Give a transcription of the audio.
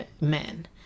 men